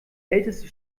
älteste